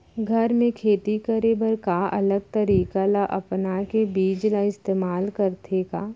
घर मे खेती करे बर का अलग तरीका ला अपना के बीज ला इस्तेमाल करथें का?